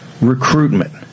recruitment